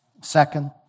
Second